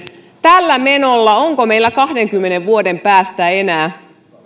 tällä menolla onko meillä enää kahdenkymmenen vuoden päästä